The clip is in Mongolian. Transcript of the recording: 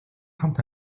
хамт